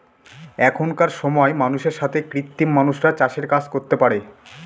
এখনকার সময় মানুষের সাথে কৃত্রিম মানুষরা চাষের কাজ করতে পারে